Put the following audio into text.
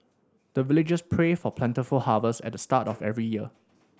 the villagers pray for plentiful harvest at the start of every year